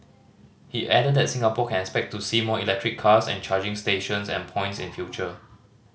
he added that Singapore can expect to see more electric cars and charging stations and points in future